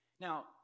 Now